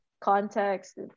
context